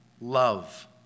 love